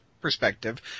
perspective